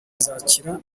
zakira